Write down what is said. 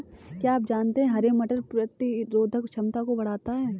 क्या आप जानते है हरे मटर प्रतिरोधक क्षमता को बढ़ाता है?